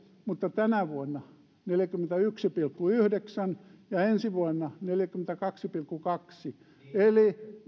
mutta tänä vuonna neljäkymmentäyksi pilkku yhdeksän ja ensi vuonna neljäkymmentäkaksi pilkku kaksi eli